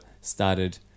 started